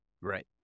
right